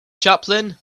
chaplain